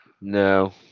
No